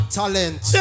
talent